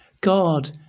god